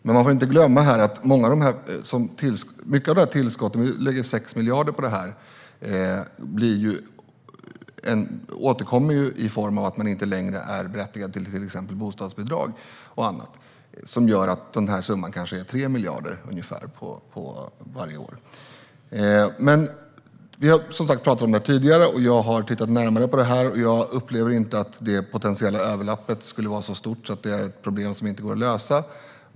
Men man får inte glömma att mycket av tillskottet - vi lägger 6 miljarder på detta - återkommer i form av att människor inte längre är berättigade till exempelvis bostadsbidrag och annat. Det gör att summan kanske är ungefär 3 miljarder varje år. Vi har som sagt pratat om detta tidigare. Jag har tittat närmare på det. Jag upplever inte att den potentiella överlappningen skulle vara så stor att det är ett problem som inte går att lösa.